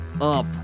up